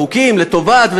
חוקים לטובת,